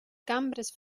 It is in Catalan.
cambres